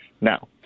now